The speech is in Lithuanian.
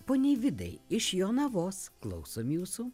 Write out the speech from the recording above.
poniai vidai iš jonavos klausom jūsų